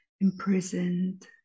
imprisoned